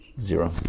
zero